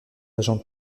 agents